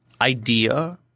idea